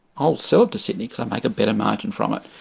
i'll sell it to sydney because i'll make a better margin from it.